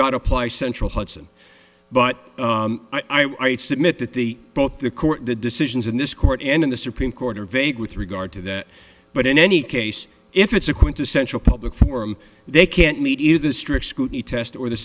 got apply central hudson but i would submit that the both the court the decisions in this court and in the supreme court are vague with regard to that but in any case if it's a quintessential public forum they can't meet either strict scrutiny test or the